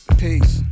peace